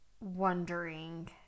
wondering